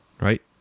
Right